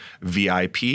VIP